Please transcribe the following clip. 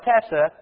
Tessa